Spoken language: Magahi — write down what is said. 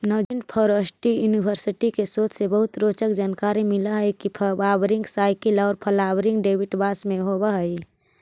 नैंजिंड फॉरेस्ट्री यूनिवर्सिटी के शोध से बहुत रोचक जानकारी मिल हई के फ्वावरिंग साइकिल औउर फ्लावरिंग हेबिट बास में होव हई